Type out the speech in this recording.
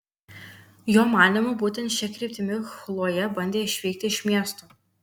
jo manymu būtent šia kryptimi chlojė bandė išvykti iš miesto